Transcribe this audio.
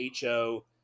HO